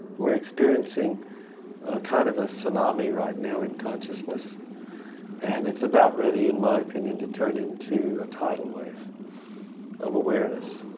we are experiencing kind of a tsunami right now in consciousness and it's about ready, in my opinion, to turn into a tidal wave of awareness.